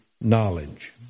knowledge